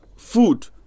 Food